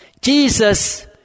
Jesus